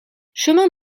chemin